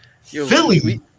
Philly